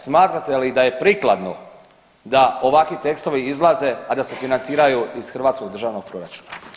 Smatrate li da je prikladno da ovakvi tekstovi izlaze, a da se financiraju iz Hrvatskog državnog proračuna?